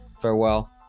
farewell